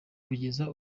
kugeza